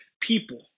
people